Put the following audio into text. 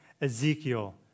Ezekiel